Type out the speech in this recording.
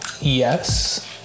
Yes